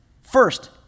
First